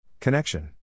Connection